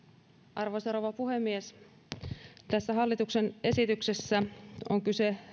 arvoisa rouva puhemies tässä hallituksen esityksessä on kyse